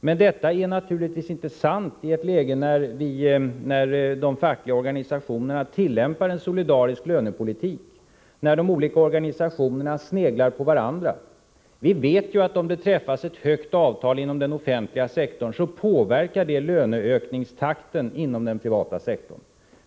Men detta är naturligtvis inte sant i ett läge när de fackliga organisationerna tillämpar en solidarisk lönepolitik och när de olika organisationerna sneglar på varandra. Om ett högt avtal träffas inom den offentliga sektorn vet vi ju att detta påverkar löneökningstakten inom den privata sektorn.